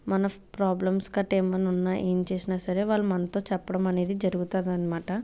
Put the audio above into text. మన ప్రాబ్లమ్స్ కట్ట ఏమన్నా ఉన్నాయా ఏం చేసినా సరే వాళ్ళు మనతో చెప్పడం అనేది జరుగుతుంది అన్నమాట